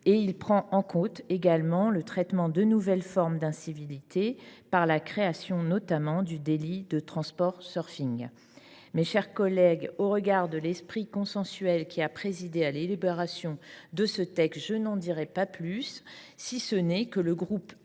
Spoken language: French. Il prend aussi en compte le traitement de nouvelles formes d’incivilités par la création notamment du délit de. Mes chers collègues, au regard de l’esprit consensuel qui a présidé à l’élaboration de ce texte, je n’en dirai pas plus, si ce n’est que le groupe Union